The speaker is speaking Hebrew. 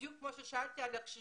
זה בדיוק כמו ששאלתי על הקשישים,